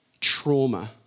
trauma